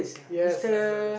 yes that's the the